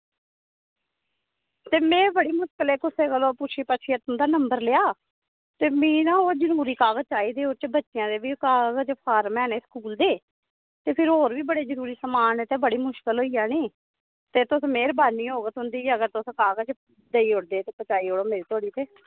ते में बड़ी मुश्कलें कुसै कोला पुच्छियै पाच्छियै तुं'दा नंबर लेआ ते मिगी ना ओह् जरूरी कागज़ चाहिदे ओह्दे च बच्चें दे बी कागज फार्म हैन स्कूल दे ते फिर होर बी बड़े जरूरी समान ऐ ते बड़ी मुश्कल होई जानी ते तुस मेह्रबानी होग तुं'दी जे देई ओड़गे ते पजाई ओड़ो मेरे धोड़ी ते